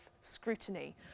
scrutiny